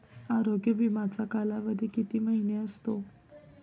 आरोग्य विमाचा कालावधी किती महिने असतो?